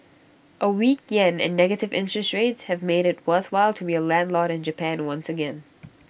A weak Yen and negative interest rates have made IT worthwhile to be A landlord in Japan once again